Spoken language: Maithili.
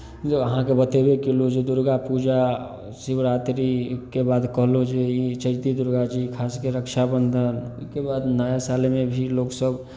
जे अहाँके बतयबे कयलहुँ जे दुर्गापूजा शिवरात्रि ओहिके बाद कहलहुँ जे ई चैती दुर्गा जी खास कऽ रक्षाबन्धन ओहिके बाद नया सालमे भी लोकसभ